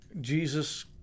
Jesus